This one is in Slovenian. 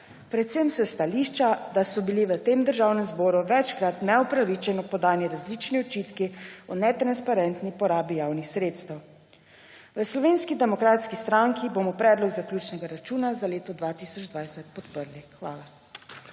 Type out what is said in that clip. predvsem s stališča, da so bili v tem državnem zboru večkrat neupravičeno podani različni očitki o netransparentni porabi javnih sredstev. V Slovenski demokratski stranki bomo predlog zaključnega računa za leto 2020 podprli. Hvala.